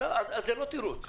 אז זה לא תירוץ.